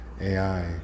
AI